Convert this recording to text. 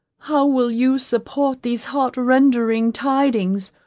how will you support these heart-rending tidings?